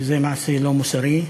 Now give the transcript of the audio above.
שזה מעשה לא מוסרי.